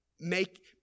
make